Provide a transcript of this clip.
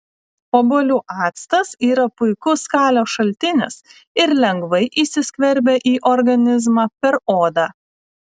obuolių actas yra puikus kalio šaltinis ir lengvai įsiskverbia į organizmą per odą